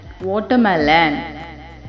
Watermelon